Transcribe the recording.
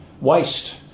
waste